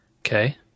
Okay